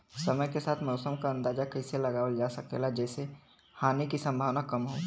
समय के साथ मौसम क अंदाजा कइसे लगावल जा सकेला जेसे हानि के सम्भावना कम हो?